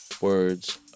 words